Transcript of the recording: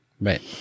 Right